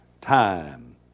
time